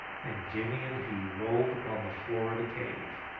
and jimmy and he rolled upon the floor of the cave.